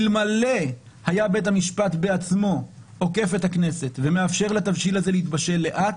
אלמלא היה בית המשפט בעצמו עוקף את הכנסת ומאפשר לתבשיל הזה להתבשל לאט,